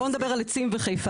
בואו נדבר על עצים וחיפה.